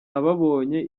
ababonye